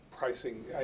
pricing